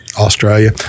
Australia